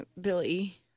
Billy